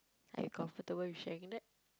are you comfortable with sharing that